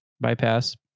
bypass